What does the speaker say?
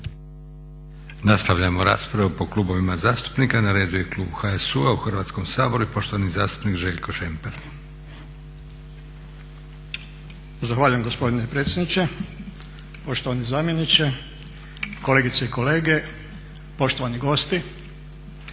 Nastavljamo raspravu po klubovima zastupnika. Na redu je klub HSU-a u Hrvatskom saboru i poštovani zastupnik Željko Šemper. **Šemper, Željko (HSU)** Zahvaljujem gospodine predsjedniče Poštovani zamjeniče, kolegice i kolege, poštovani gosti.